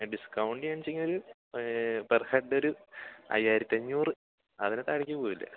discount എങ്ങനെയാ വെച്ചിയുണ്ടെങ്കിൽ per head ഒരു അയ്യായിരത്തി അഞ്ഞൂറ് അതിന് താഴേയ്ക്ക് പോവില്ല